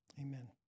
Amen